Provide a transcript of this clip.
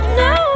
no